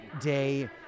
day